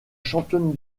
championne